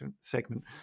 segment